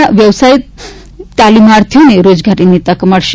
ના વ્યવસાય તાલીમાર્થીઓને રોજગારની તક મળશે